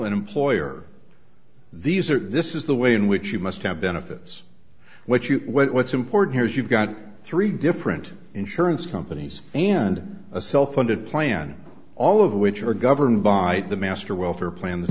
an employer these are this is the way in which you must have benefits what you what what's important here is you've got three different insurance companies and a self funded plan all of which are governed by the master welfare plan